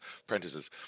apprentices